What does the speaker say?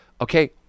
Okay